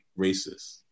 racists